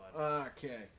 Okay